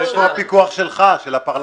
איפה הפיקוח שלך, של הפרלמנט?